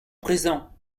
présent